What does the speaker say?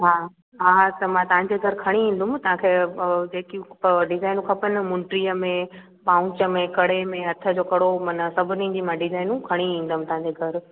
हा हा त मां तव्हांजे घरु खणी ईंदुमि तव्हांखे जेकियूं डिज़ाइनियूं खपनिव मूंढीअ में पाउंच में कड़े में हथ जो कड़ो माना सभिनी जी मां डिज़ाइनूं खणी ईंदुमि तव्हांजे घरु